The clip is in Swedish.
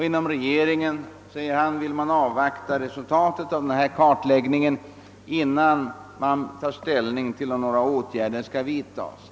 Inom regeringen vill man, säger han, avvakta resultatet av denna kartläggning, innan man tar ställning till frågan om eventuella åtgärder.